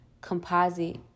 composite